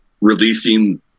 releasing